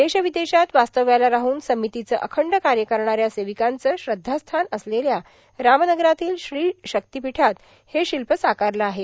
देश विदेशात वास्तव्याला राहून समितीचे अखंड कार्य करणाऱ्या सेविकांचे श्रद्वास्थान असलेल्या रामनगरातील श्रीशक्तिपीठात हे शिल्प साकारले आहे